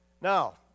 now